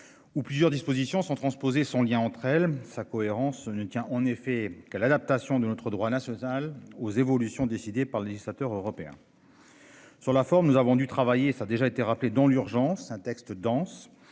Où plusieurs dispositions sont transposées son lien entre elles sa cohérence ne tient en effet que l'adaptation de notre droit national aux évolutions décidées par le législateur européen. Sur la forme, nous avons dû travailler ça a déjà été rappelé dans l'urgence un texte dense,